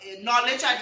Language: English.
knowledge